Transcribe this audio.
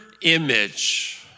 image